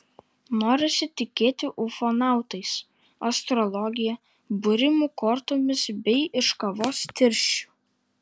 norisi tikėti ufonautais astrologija būrimu kortomis bei iš kavos tirščių